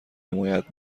حمایت